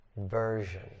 version